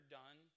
done